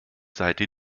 seite